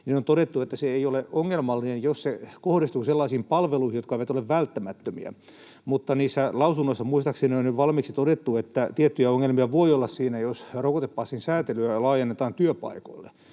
on todettu, että se ei ole ongelmallinen, jos se kohdistuu sellaisiin palveluihin, jotka eivät ole välttämättömiä, mutta niissä lausunnoissa muistaakseni on jo valmiiksi todettu, että tiettyjä ongelmia voi olla siinä, jos rokotepassin säätelyä laajennetaan työpaikoille,